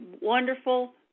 wonderful